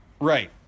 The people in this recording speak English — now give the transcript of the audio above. Right